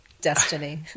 destiny